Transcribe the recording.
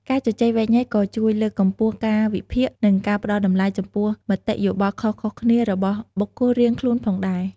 ការជជែកវែកញែកក៏ជួយលើកកម្ពស់ការវិភាគ និងការផ្ដល់តម្លៃចំពោះមតិយោបល់ខុសៗគ្នារបស់បុគ្គលរៀងខ្លួនផងដែរ។